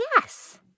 Yes